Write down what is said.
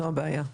זו הבעיה,